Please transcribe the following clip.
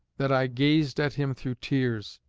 that i gazed at him through tears,